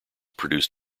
produced